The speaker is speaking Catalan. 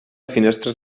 finestres